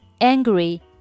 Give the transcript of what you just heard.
angry